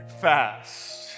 fast